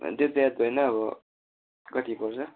त्यो त याद भएन अब कति पर्छ